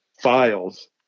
files